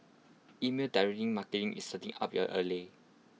email direct marketing is certainly up your alley